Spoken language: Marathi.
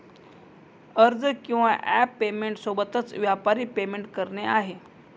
अर्ज किंवा ॲप पेमेंट सोबतच, व्यापारी पेमेंट करणे आहे